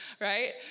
Right